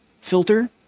filter